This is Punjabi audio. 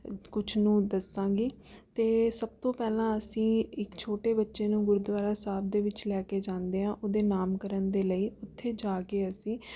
ਕੁਛ ਨੂੰ ਦੱਸਾਂਗੀ ਅਤੇ ਸਭ ਤੋਂ ਪਹਿਲਾਂ ਅਸੀਂ ਇੱਕ ਛੋਟੇ ਬੱਚੇ ਨੂੰ ਗੁਰਦੁਆਰਾ ਸਾਹਿਬ ਦੇ ਵਿੱਚ ਲੈ ਕੇ ਜਾਂਦੇ ਹਾਂ ਉਹਦੇ ਨਾਮਕਰਨ ਦੇ ਲਈ ਉੱਥੇ ਜਾ ਕੇ ਅਸੀਂ